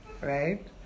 right